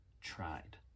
tried